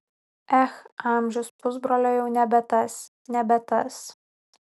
ech amžius pusbrolio jau nebe tas nebe tas